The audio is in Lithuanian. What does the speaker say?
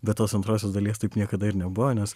bet tos antrosios dalies taip niekada ir nebuvo nes